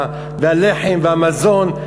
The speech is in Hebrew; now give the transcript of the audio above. הלחם והמזון,